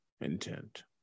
intent